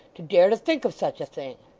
to dare to think of such a thing